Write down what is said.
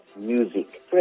music